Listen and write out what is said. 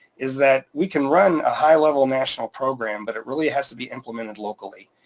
is that we can run a high level national program, but it really has to be implemented locally.